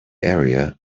area